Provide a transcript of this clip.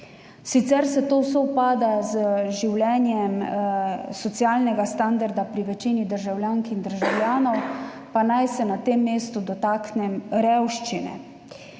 Sicer to sovpada z življenjem socialnega standarda pri večini državljank in državljanov, pa naj se na tem mestu dotaknem revščine.